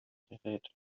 gerät